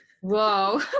Whoa